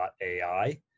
.ai